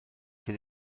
cyn